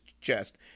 chest